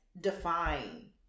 define